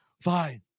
fine